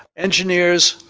engineers,